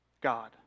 God